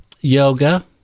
Yoga